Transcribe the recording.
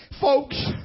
Folks